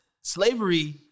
slavery